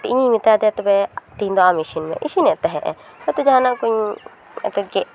ᱦᱳᱭᱛᱳ ᱤᱧᱤᱧ ᱢᱮᱛᱟ ᱫᱮᱭᱟ ᱛᱚᱵᱮ ᱛᱤᱦᱤᱧ ᱫᱚ ᱟᱢ ᱤᱥᱤᱱ ᱢᱮ ᱤᱥᱤᱱᱮᱫ ᱛᱟᱦᱮᱫ ᱮ ᱦᱳᱭᱛᱳ ᱡᱟᱦᱟᱸ ᱱᱟᱜ ᱠᱚᱧ ᱜᱮᱫ